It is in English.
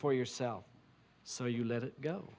for yourself so you let it go